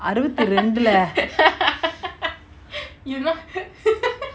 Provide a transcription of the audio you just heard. அருவத்தி ரெண்டு:aruvathi rendu lah